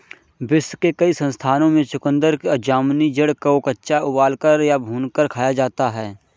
विश्व के कई स्थानों में चुकंदर की जामुनी जड़ को कच्चा उबालकर या भूनकर खाया जाता है